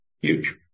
huge